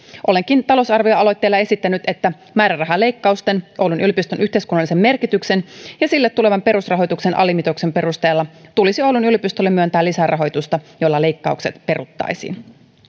olenkin talousarvioaloitteella esittänyt että määrärahaleikkausten oulun yliopiston yhteiskunnallisen merkityksen ja sille tulevan perusrahoituksen alimitoituksen perusteella tulisi oulun yliopistolle myöntää lisää rahoitusta jolla leikkaukset peruttaisiin